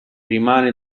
rimane